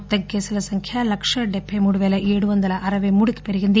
మొత్తం కేసుల సంఖ్య లకా డెబ్బె మూడు పేల ఏడు వందల అరపై మూడుకి పెరిగింది